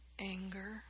anger